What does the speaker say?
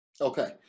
Okay